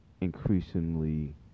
increasingly